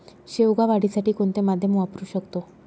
शेवगा वाढीसाठी कोणते माध्यम वापरु शकतो?